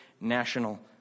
national